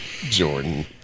Jordan